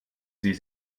sie